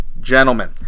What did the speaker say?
Gentlemen